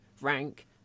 rank